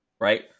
Right